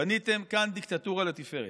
בניתם כאן דיקטטורה לתפארת.